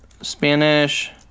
Spanish